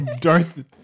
Darth